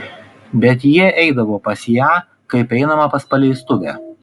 bet jie eidavo pas ją kaip einama pas paleistuvę